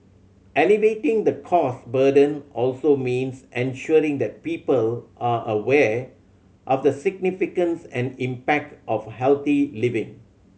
alleviating the cost burden also means ensuring the people are aware of the significance and impact of healthy living